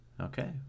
Okay